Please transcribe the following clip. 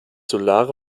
solare